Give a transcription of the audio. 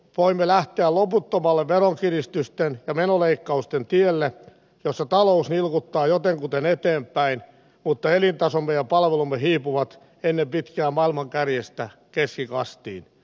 voimme lähteä loputtomalle veronkiristysten ja menoleikkausten tielle jolla talous nilkuttaa jotenkuten eteenpäin mutta elintasomme ja palvelum me hiipuvat ennen pitkään maailman kärjestä keskikastiin